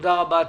תודה רבה.